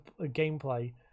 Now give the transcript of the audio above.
gameplay